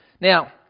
Now